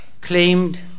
claimed